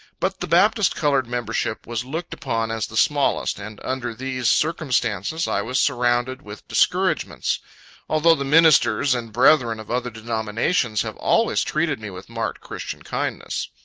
but the baptist colored membership was looked upon as the smallest and under these circumstances, i was surrounded with discouragements although the ministers and brethren of other denominations have always treated me with marked christian kindness.